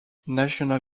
national